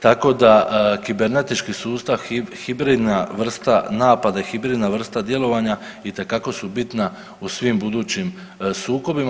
Tako da kibernetički sustav, hibridna vrsta napada, hibridna vrsta djelovanja itekako su bitna u svim budućim sukobima.